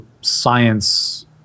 science